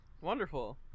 Wonderful